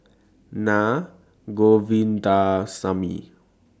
Naa Govindasamy